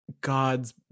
God's